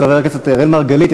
חבר הכנסת אראל מרגלית,